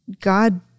God